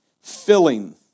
Filling